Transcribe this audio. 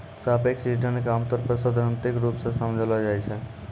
सापेक्ष रिटर्न क आमतौर पर सैद्धांतिक रूप सें समझलो जाय छै